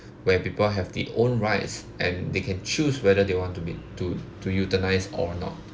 where people have the own rights and they can choose whether they want to be to to euthanize or not